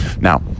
Now